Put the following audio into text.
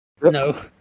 No